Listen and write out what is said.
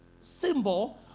symbol